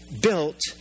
built